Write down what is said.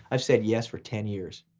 i said yes for ten years.